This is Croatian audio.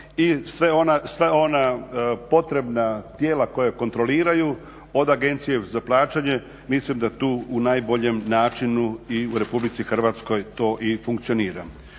i sva ona potrebna tijela koje kontroliraju od agencije za plaćanje mislim da tu u najboljem načinu i u RH to i funkcionira.